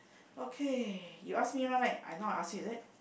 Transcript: okay you ask me now right now I ask you is it